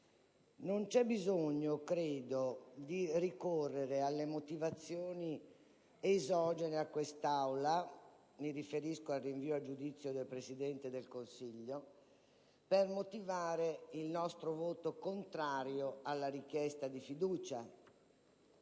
non ci sia bisogno di ricorrere a motivazioni esogene a questa Aula - mi riferisco al rinvio a giudizio del Presidente del Consiglio -per motivare il nostro voto contrario alla richiesta di fiducia,